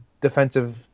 defensive